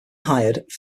hired